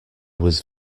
was